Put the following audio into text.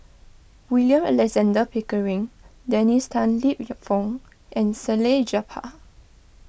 William Alexander Pickering Dennis Tan Lip your Fong and Salleh Japar